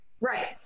Right